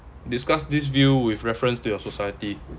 discuss this view with reference to your society